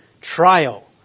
trial